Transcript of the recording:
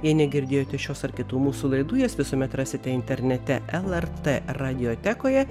jei negirdėjote šios ar kitų mūsų laidų jas visuomet rasite internete lrt radiotekoje